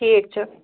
ٹھیٖک چھُ